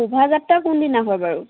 শোভাযাত্ৰা কোন দিনা হয় বাৰু